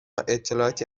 اطلاعاتی